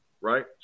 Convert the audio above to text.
right